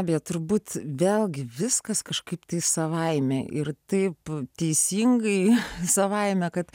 bet turbūt vėlgi viskas kažkaip savaime ir taip teisingai savaime kad